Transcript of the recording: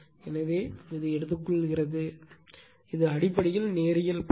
எனவே இது எடுத்துக்கொள்கிறது இது அடிப்படையில் நேரியல் பாதை